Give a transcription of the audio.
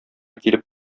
килеп